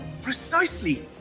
Precisely